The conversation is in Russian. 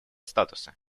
статуса